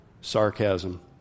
sarcasm